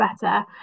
better